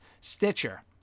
Stitcher